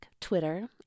Twitter